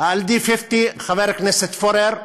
חבר הכנסת פורר,